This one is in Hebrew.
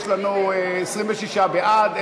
יש לנו 26 בעד,